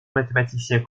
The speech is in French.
mathématicien